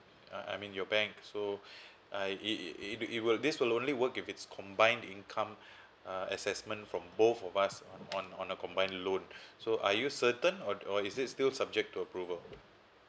I I mean your bank so uh it it it will this will only work if it's combined income uh assessment for both of us on on on a combine loan so are you certain or or is it still subject to approval